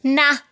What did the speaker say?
নাহ